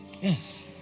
Yes